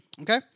Okay